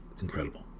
incredible